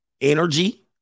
Energy